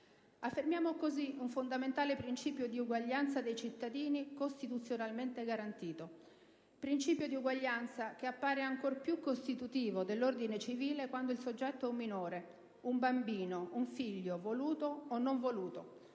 Affermiamo così un fondamentale principio di uguaglianza dei cittadini costituzionalmente garantito; principio di uguaglianza che appare ancora più costitutivo dell'ordine civile quando il soggetto è un minore, un bambino, un figlio, voluto o non voluto,